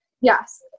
Yes